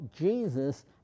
Jesus